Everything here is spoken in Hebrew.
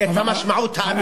את המשמעות האמיתית.